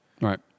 Right